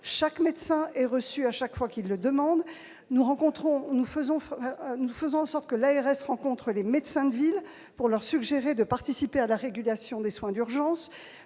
chaque médecin est reçu chaque fois qu'il le demande, et nous faisons en sorte que l'ARS rencontre les médecins de ville pour leur suggérer de participer à la régulation des soins d'urgence.